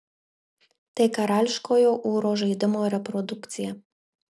tai karališkojo ūro žaidimo reprodukcija